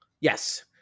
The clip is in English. Yes